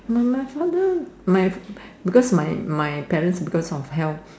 but my father my because my my parents because of health